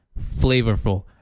flavorful